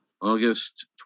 August